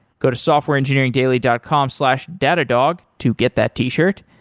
go to softwareengineeringdaily dot com slash datadog to get that t-shirt.